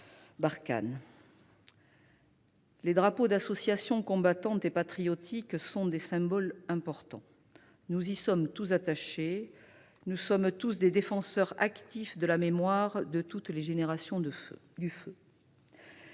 Les drapeaux d'associations combattantes et patriotiques sont des symboles importants. Nous y sommes tous attachés ; nous sommes tous des défenseurs actifs de la mémoire de toutes les générations du feu.